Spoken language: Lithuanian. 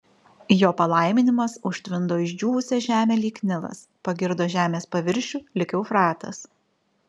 jo palaiminimas užtvindo išdžiūvusią žemę lyg nilas pagirdo žemės paviršių lyg eufratas